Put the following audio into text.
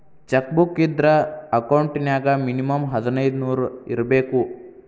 check book ಇದ್ರ account ನ್ಯಾಗ minimum ಹದಿನೈದ್ ನೂರ್ ಇರ್ಬೇಕು